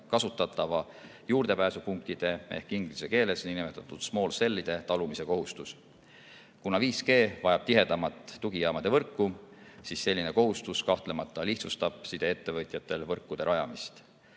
kasutavate juurdepääsupunktide ehk inglise keeles nnsmall cell'ide talumise kohustus. Kuna 5G vajab tihedamat tugijaamade võrku, siis selline kohustus kahtlemata lihtsustab sideettevõtjatel võrkude rajamist.